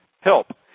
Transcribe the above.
help